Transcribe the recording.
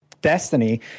destiny